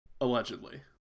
Allegedly